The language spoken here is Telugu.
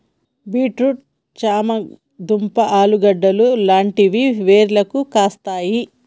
బీట్ రూట్ చామ దుంప ఆలుగడ్డలు లాంటివి వేర్లకు కాస్తాయి